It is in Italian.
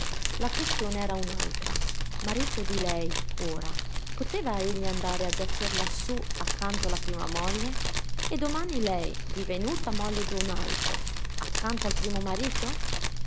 la questione era un'altra marito di lei ora poteva egli andare a giacer lassù accanto alla prima moglie e domani lei divenuta moglie d'un altro accanto al primo marito